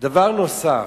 דבר נוסף,